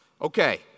Okay